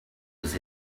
was